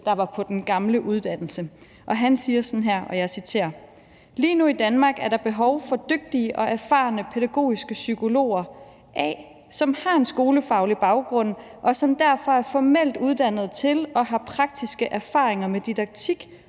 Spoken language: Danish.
der var på den gamle uddannelse, og han siger sådan her, og jeg citerer: Lige nu i Danmark er der behov for dygtige og erfarne pædagogiske psykologer, som A) har en skolefaglig baggrund, og som derfor er formelt uddannede til og har praktiske erfaringer med didaktik,